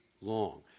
long